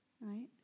Right